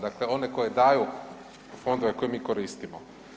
Dakle, one koje daju fondove koje mi koristimo.